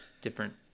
different